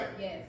Yes